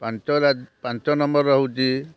ପାଞ୍ଚ ପାଞ୍ଚ ନମ୍ବର୍ ହେଉଛି